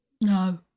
no